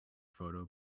photo